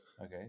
Okay